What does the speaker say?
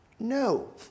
No